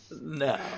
no